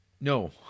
No